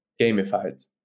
gamified